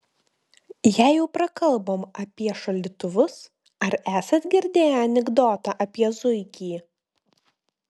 jei jau prakalbom apie šaldytuvus ar esat girdėję anekdotą apie zuikį